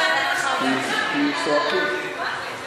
כי צועקים.